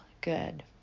good